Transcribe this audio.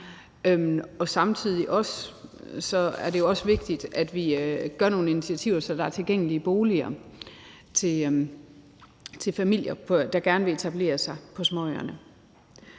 og samtidig er det også vigtigt, at vi tager nogle initiativer, så der bliver tilgængelige boliger til familier, der gerne vil etablere sig på småøerne.